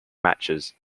matches